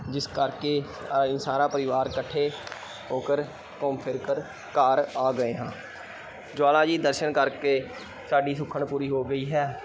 ਜਿਸ ਕਰਕੇ ਅਸੀਂ ਸਾਰਾ ਪਰਿਵਾਰ ਇਕੱਠੇ ਹੋਕਰ ਘੁੰਮ ਫਿਰਕਰ ਘਰ ਆ ਗਏ ਹਾਂ ਜੁਆਲਾ ਜੀ ਦਰਸ਼ਨ ਕਰਕੇ ਸਾਡੀ ਸੁਖਨਾ ਪੂਰੀ ਹੋ ਗਈ ਹੈ